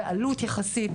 בעלות יחסית,